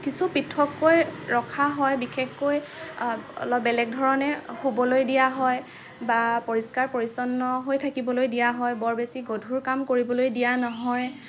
কিছু পৃথককৈ ৰখা হয় বিশেষকৈ অলপ বেলেগ ধৰণে শুৱলৈ দিয়া হয় বা পৰিস্কাৰ পৰিচ্ছন্ন হৈ থাকিবলৈ দিয়া হয় বৰ বেছি গধুৰ কাম কৰিবলৈ দিয়া নহয়